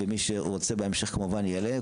ומי שרוצה בהמשך כמובן יעלה.